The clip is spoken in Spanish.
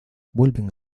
vuelven